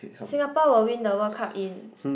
Singapore will win the World Cup in